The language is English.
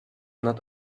not